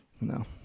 No